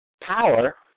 power